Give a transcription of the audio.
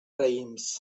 raïms